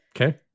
Okay